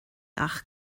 ach